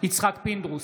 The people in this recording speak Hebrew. יצחק פינדרוס,